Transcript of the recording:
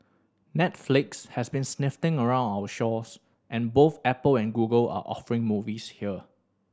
Netflix has been sniffing around our shores and both Apple and Google are offering movies here